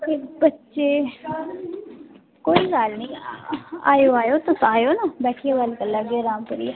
ते बच्चे कोई गल्ल निं आएओ आएओ तुस आएओ ना बैठियै गल्ल करी लैह्गे अराम करियै